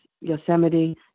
Yosemite